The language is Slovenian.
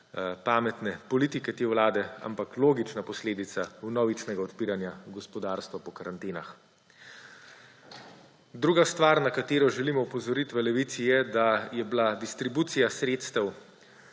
pametne politike te vlade, ampak logična posledica vnovičnega odpiranja gospodarstva po karantenah. Druga stvar, na katero želimo opozoriti v Levici, je, da je bila distribucija sredstev,